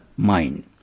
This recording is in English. mind